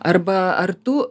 arba ar tu